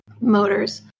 motors